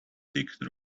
ticked